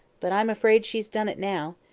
but i'm afraid she's done it now.